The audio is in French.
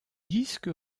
disque